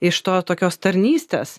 iš to tokios tarnystės